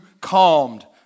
calmed